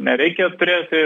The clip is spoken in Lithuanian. nereikia turėti